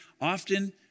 often